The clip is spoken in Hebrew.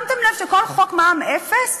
שמתם לב שכל חוק מע"מ אפס